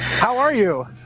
how are you?